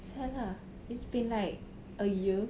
!siala! it's been like a year